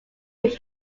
would